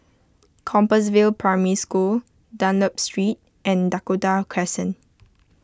Compassvale Primary School Dunlop Street and Dakota Crescent